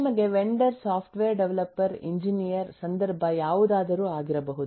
ನಿಮಗೆ vendor software developer engineer ಸಂದರ್ಭ ಯಾವುದಾದರೂ ಆಗಿರಬಹುದು